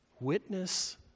Witness